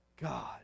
God